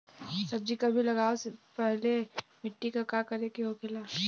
सब्जी कभी लगाओ से पहले मिट्टी के का करे के होखे ला?